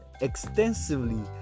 extensively